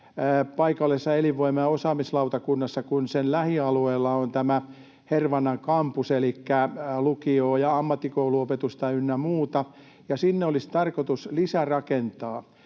paikallisessa elinvoima- ja osaamislautakunnassa, kun sen lähialueella on tämä Hervannan kampus, elikkä lukio- ja ammattikouluopetusta ynnä muuta, ja sinne olisi tarkoitus lisärakentaa,